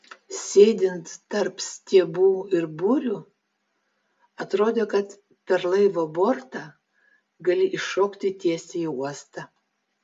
sėdint tarp stiebų ir burių atrodė kad per laivo bortą gali iššokti tiesiai į uostą